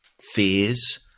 fears